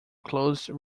closed